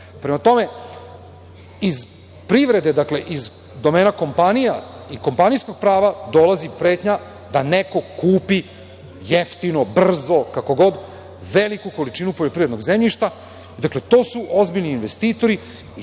tome, iz privrede, dakle iz domena kompanija i kompanijskog prava dolazi pretnja da neko kupi jeftino, brzo, kako god, veliku količinu poljoprivrednog zemljišta. Dakle, to su ozbiljni investitori i tu je